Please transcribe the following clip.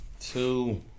two